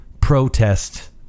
protest